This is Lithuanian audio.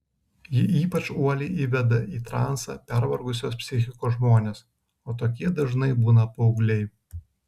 ji ypač uoliai įveda į transą pervargusios psichikos žmones o tokie dažnai būna paaugliai